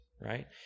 right